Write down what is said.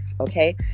okay